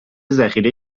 ذخیره